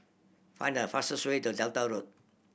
find the fastest way to Delta Road